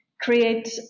create